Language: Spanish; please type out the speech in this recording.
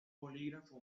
bolígrafo